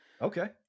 Okay